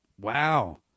wow